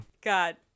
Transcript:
God